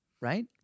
right